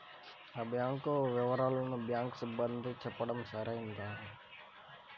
నా బ్యాంకు వివరాలను బ్యాంకు సిబ్బందికి చెప్పడం సరైందేనా?